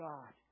God